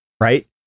right